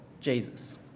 Jesus